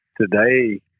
today